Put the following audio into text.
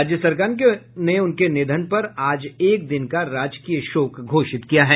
राज्य सरकार ने उनके निधन पर आज एक दिन का राजकीय शोक घोषित किया है